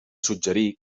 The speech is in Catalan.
suggerir